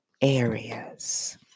areas